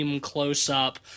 close-up